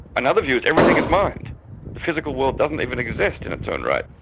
another view is everything is mind, the physical world doesn't even exist in its own right.